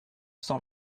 cent